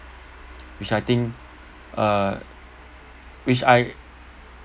which I think uh which I